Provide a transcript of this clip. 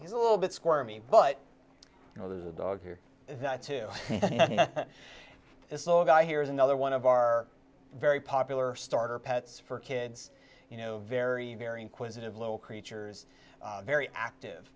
he's a little bit squirmy but you know there's a dog here that two it's all a guy here is another one of our very popular starter pets for kids you know very very inquisitive little creatures very active